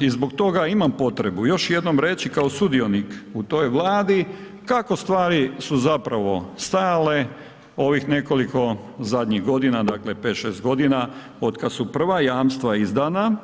I zbog toga imam potrebu još jednom reći kao sudionik u toj Vladi kako stvari su zapravo stajale ovih nekoliko zadnjih godina, dakle pet, šest godina od kada su prva jamstva izdana